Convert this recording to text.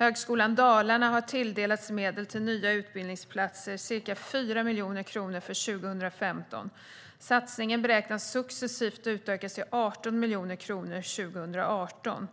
Högskolan Dalarna har tilldelats medel till nya utbildningsplatser, ca 4 miljoner kronor 2015. Satsningen beräknas succesivt utökas till 18 miljoner kronor 2018.